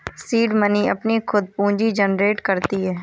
seed money अपनी खुद पूंजी जनरेट करती है